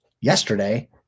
yesterday